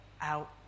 out